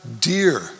dear